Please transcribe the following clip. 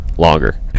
longer